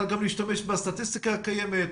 גם להשתמש בסטטיסטיקה הקיימת,